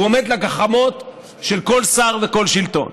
הוא נתון לגחמות של כל שר וכל שלטון.